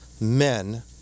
men